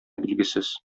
билгесез